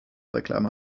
reklame